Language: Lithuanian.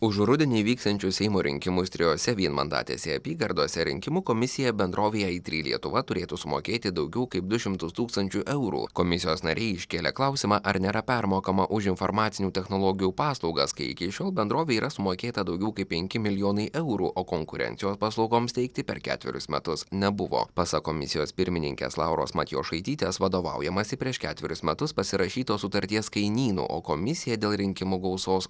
už rudenį vyksiančius seimus rinkimus trijose vienmandatėse apygardose rinkimų komisija bendrovei aitry lietuva turėtų sumokėti daugiau kaip du šimtus tūkstančių eurų komisijos nariai iškėlė klausimą ar nėra permokama už informacinių technologijų paslaugas kai iki šiol bendrovei yra sumokėta daugiau kaip penki milijonai eurų o konkurencijos paslaugoms teikti per ketverius metus nebuvo pasak komisijos pirmininkės lauros matjošaitytės vadovaujamasi prieš ketverius metus pasirašyto sutarties kainynu o komisija dėl rinkimų gausos